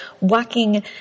walking